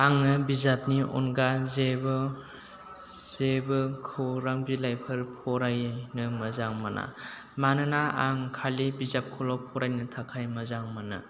आङो बिजाबनि अनगा जेबो जेबो खौरां बिलाइफोर फरायनो मोजां मोना मानोना आं खालि बिजाबखौल' फरायनो थाखाय मोजां मोनो